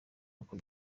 nk’uko